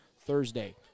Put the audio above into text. Thursday